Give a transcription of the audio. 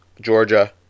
Georgia